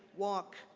walk,